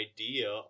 idea